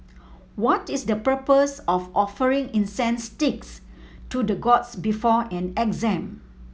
what is the purpose of offering incense sticks to the gods before an exam